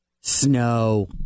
snow